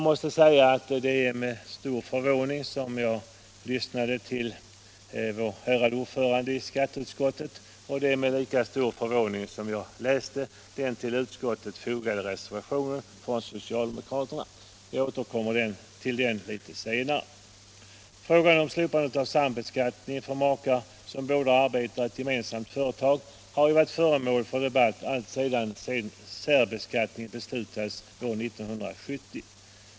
Det var med stor förvåning som jag lyssnade på vår ärade ordförande i skatteutskottet, och med lika stor förvåning läste jag den vid utskottsbetänkandet fogade socialdemokratiska reservationen. Jag återkommer till den litet senare. Spörsmålet om slopande av sambeskattningen för makar som båda arbetar i ett gemensamt företag har debatterats alltsedan särbeskattning beslutades 1970.